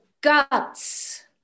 guts